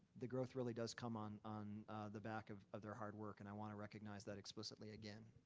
the growth really does come on on the back of of their hard work and i wanna recognize that explicitly again.